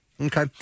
Okay